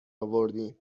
آوردین